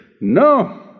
No